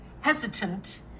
hesitant